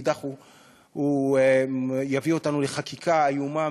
הוא יביא אותנו לחקיקה איומה,